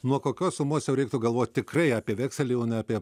nuo kokios sumos jau reiktų galvot tikrai apie vekselį o ne apie